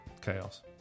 chaos